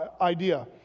idea